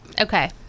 okay